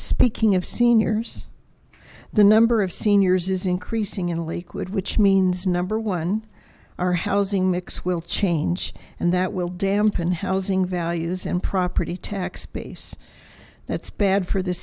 speaking of seniors the number of seniors is increasing in lakewood which means number one our housing mix will change and that will dampen housing values and property tax base that's bad for the